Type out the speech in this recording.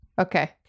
Okay